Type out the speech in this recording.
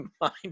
mind